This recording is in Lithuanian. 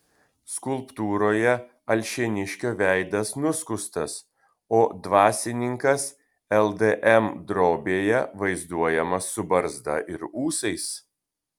skulptūroje alšėniškio veidas nuskustas o dvasininkas ldm drobėje vaizduojamas su barzda ir ūsais